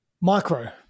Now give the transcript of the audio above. micro